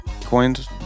coins